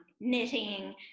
knitting